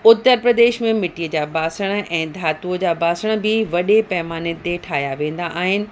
उत्तर प्रदेश में मिटीअ जा बासण ऐं धातुअ जा बासण बि वॾे पैमाने ते ठाहिया वेंदा आहिनि